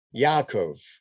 Yaakov